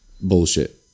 Bullshit